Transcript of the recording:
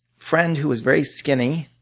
friend who was very skinny,